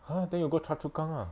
!huh! then you go choa chu kang lah